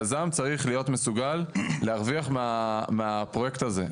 יזם צריך להיות מסוגל להרוויח מהפרויקט הזה.